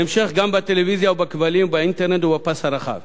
בהמשך, גם בטלוויזיה, בכבלים, באינטרנט ובפס הרחב.